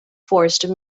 forced